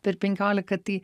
per penkiolika tai